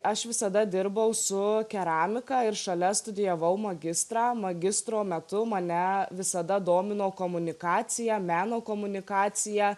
aš visada dirbau su keramika ir šalia studijavau magistrą magistro metu mane visada domino komunikacija meno komunikacija